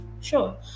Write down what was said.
sure